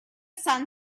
son